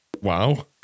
Wow